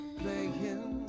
playing